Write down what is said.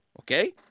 okay